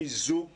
חיזוק